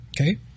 Okay